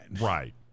Right